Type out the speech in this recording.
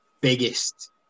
biggest